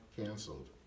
canceled